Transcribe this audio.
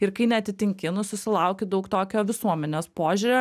ir kai neatitinki nu susilauki daug tokio visuomenės požiūrio